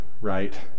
right